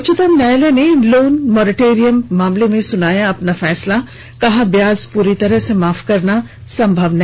उच्चतम न्यायालय ने लोन मोरेटोरियम मामले में सुनाया अपना फैसला कहा ब्याज को पूरी तरह माफ करना संभव नहीं